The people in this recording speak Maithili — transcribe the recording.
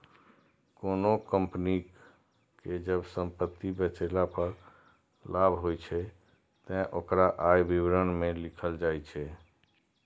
कोनों कंपनी कें जब संपत्ति बेचला पर लाभ होइ छै, ते ओकरा आय विवरण मे लिखल जाइ छै